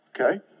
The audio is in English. Okay